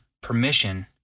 permission